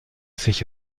sich